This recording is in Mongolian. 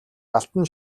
алтан